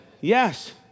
yes